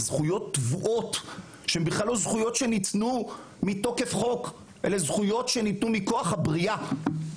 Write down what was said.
בזכויות שבכלל לא ניתנו מתוקף חוק אלא בזכויות שניתנו מכוח הבריאה,